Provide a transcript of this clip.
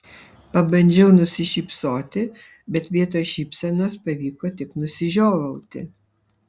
pabandžiau nusišypsoti bet vietoj šypsenos pavyko tik nusižiovauti